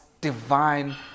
divine